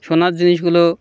সোনার জিনিসগুলো